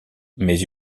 mais